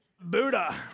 Buddha